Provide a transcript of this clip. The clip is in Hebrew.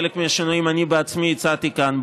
חלק מהשינויים אני בעצמי הצעתי כאן,